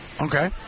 Okay